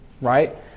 right